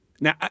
Now